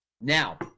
Now